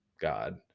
God